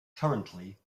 currently